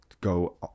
go